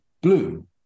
Blue